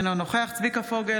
אינו נוכח צביקה פוגל,